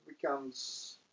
becomes